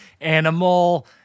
animal